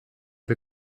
wir